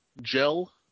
gel